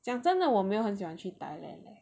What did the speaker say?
讲真的我没有很喜欢去 Thailand leh